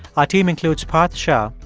our team includes parth shah,